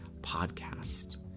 podcast